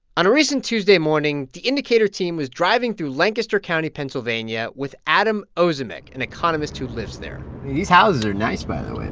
on a recent tuesday morning, the indicator team was driving through lancaster county, pa, and so and yeah with adam ozimek, an economist who lives there these houses are nice, by the way,